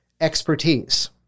expertise